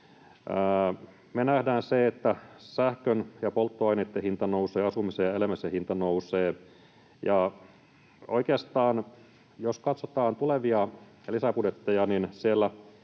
me nähdään se, että sähkön ja polttoaineitten hinta nousee, asumisen ja elämisen hinta nousee, ja oikeastaan, jos katsotaan tulevia lisäbudjetteja, niin saattaa